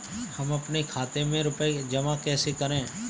हम अपने खाते में रुपए जमा कैसे करें?